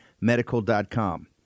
medical.com